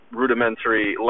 rudimentary